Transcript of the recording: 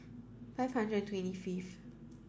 five hundred and twenty fifth